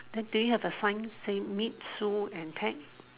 then do you have a sign say meet Sue and Ted